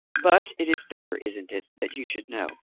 but it is better, isn't it, that you should know?